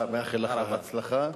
מאחל לך הצלחה.